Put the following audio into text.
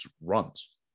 runs